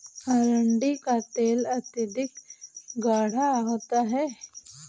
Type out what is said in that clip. अरंडी का तेल अत्यधिक गाढ़ा होता है